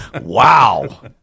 Wow